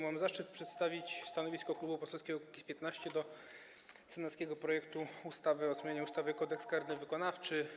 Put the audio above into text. Mam zaszczyt przedstawić stanowisko Klubu Poselskiego Kukiz’15 wobec senackiego projektu ustawy o zmianie ustawy Kodeks karny wykonawczy.